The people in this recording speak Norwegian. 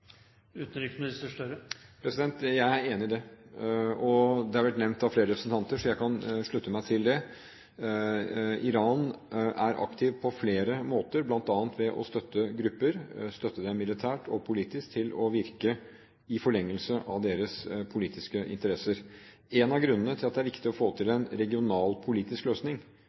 Jeg er enig i det. Det har vært nevnt av flere representanter, og jeg kan slutte meg til det. Iran er aktiv på flere måter, bl.a. ved å støtte grupper militært og politisk til å virke i forlengelse av deres politiske interesser. En av grunnene til at det er viktig å få til en regional politisk løsning